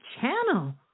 channel